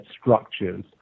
structures